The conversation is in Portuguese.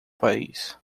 país